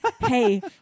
Hey